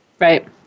Right